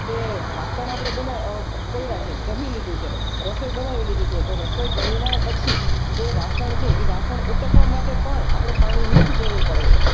કે વાસણ આપડે બના અ કર્યા છે જમી લીધું છે રસોઈ બનાવી લીધી છે તો રસોઈ બન્યા પછી જે વાસણ છે એ વાસણ ઉટકવા માટે પણ આપણે પાણીની જ જરૂર પડે છે